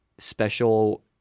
special